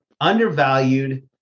undervalued